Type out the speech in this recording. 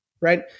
right